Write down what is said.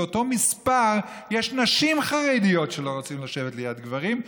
באותו מספר יש נשים חרדיות שלא רוצות לשבת ליד גברים,